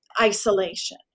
isolation